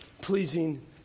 pleasing